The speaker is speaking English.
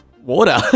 Water